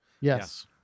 Yes